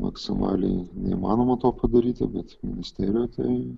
maksimaliai neįmanoma to padaryti bet ministerijoj tai